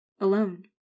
alone